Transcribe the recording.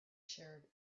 shared